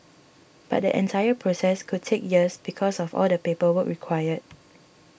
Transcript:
but the entire process could take years because of all the paperwork required